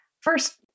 First